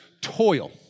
toil